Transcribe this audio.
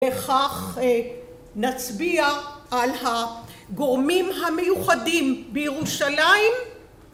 וכך נצביע על הגורמים המיוחדים בירושלים